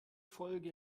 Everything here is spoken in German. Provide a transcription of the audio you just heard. folge